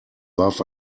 warf